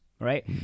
right